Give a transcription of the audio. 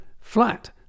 flat